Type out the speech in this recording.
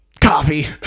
coffee